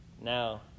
Now